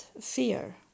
fear